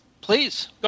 Please